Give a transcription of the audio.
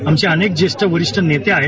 आमचे अनेक ज्येष्ठ वरिष्ठ नेते आहेत